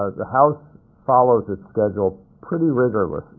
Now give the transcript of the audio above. the house follows its schedule pretty rigorously.